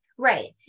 Right